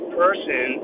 person